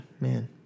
man